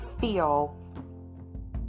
feel